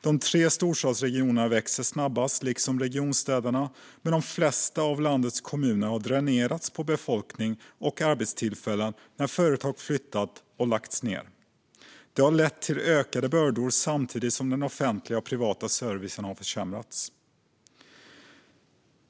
De tre storstadsregionerna växer snabbt, liksom regionstäderna, medan de flesta av landets kommuner har dränerats på befolkning och arbetstillfällen när företag flyttat eller lagts ned. Det har lett till ökade bördor samtidigt som den offentliga och privata servicen har försämrats.